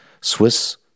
Swiss